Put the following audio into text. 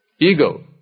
Ego